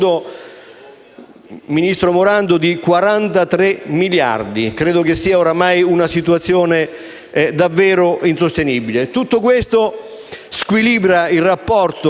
è cresciuto di 43 miliardi. Credo che sia ormai una situazione davvero insostenibile. Tutto questo squilibra il rapporto